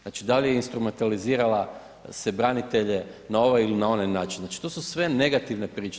Znači da li je instrumentalizirala se branitelje na ovaj ili onaj način, znači to su sve negativne priče.